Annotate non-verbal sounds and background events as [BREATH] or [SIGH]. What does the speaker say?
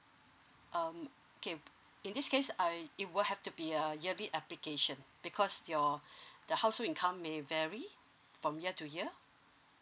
um okay in this case I it will have to be a yearly application because your [BREATH] the household income may vary from year to year